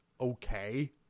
Okay